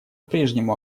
прежнему